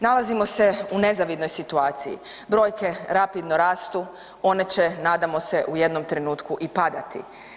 Nalazimo se u nezavisnoj situaciji, brojke rapidno rastu, one će, nadamo se, u jednom trenutku i padati.